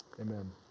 amen